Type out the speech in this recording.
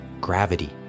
gravity